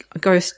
go